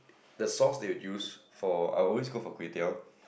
the sauce they would use for I would always go for kway-teow